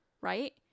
right